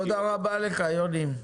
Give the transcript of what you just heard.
תודה רבה לך, יוני.